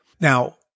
Now